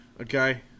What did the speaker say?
Okay